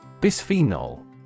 Bisphenol